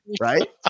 right